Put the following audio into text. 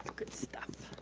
good stuff.